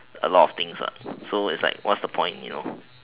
a lot of things so it's like what's the point you know